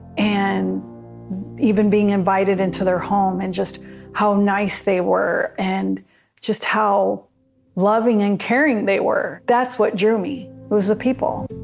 and even being invited into their home and just how nice they were and just how loving and caring they were that's what to me was the people.